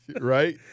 Right